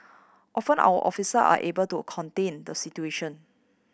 often our officer are able to contain the situation